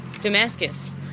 Damascus